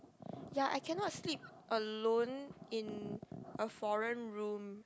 ya I cannot sleep alone in a foreign room